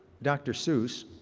dr. seuss.